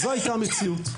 זאת הייתה המציאות.